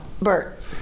Bert